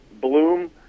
Bloom